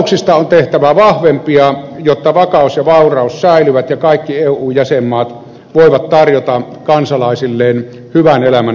talouksista on tehtävä vahvempia jotta vakaus ja vauraus säilyvät ja kaikki eu jäsenmaat voivat tarjota kansalaisilleen hyvän elämän edellytyksiä